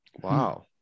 Wow